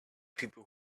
people